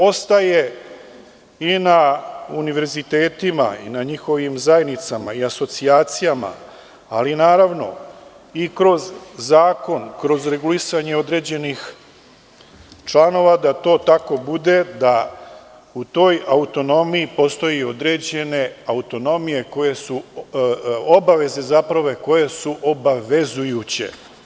Ostaje i na univerzitetima i na njihovim zajednicama i asocijacijama, ali naravno i kroz zakon, kroz regulisanje određenih članova da to tako bude, da u toj autonomiji postoje određene obaveze koje su obavezujuće.